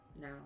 No